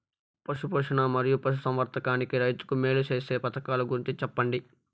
పశు పోషణ మరియు పశు సంవర్థకానికి రైతుకు మేలు సేసే పథకాలు గురించి చెప్పండి?